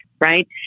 right